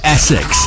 Essex